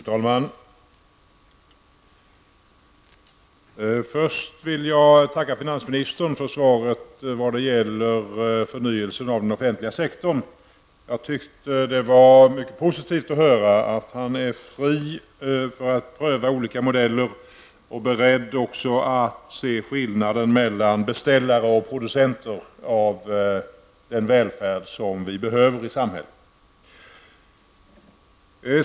Fru talman! Jag vill först tacka finansministern för beskedet när det gäller förnyelsen av den offentliga sektorn. Det var mycket positivt att höra att han är fri att pröva olika modeller och också beredd att se skillnaden mellan beställare och producenter av den välfärd som behövs i samhället.